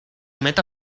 meta